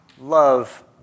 love